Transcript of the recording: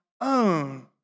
own